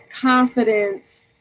confidence